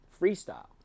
freestyle